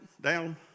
down